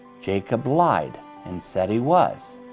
jacob lied and said he was.